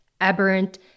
aberrant